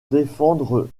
défendre